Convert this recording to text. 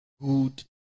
good